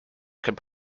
could